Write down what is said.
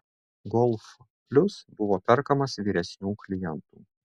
golf plius buvo perkamas vyresnių klientų